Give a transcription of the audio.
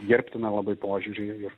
gerbtiną labai požiūrį ir